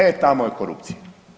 E tamo je korupcija.